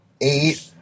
Eight